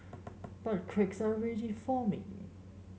but cracks are ready forming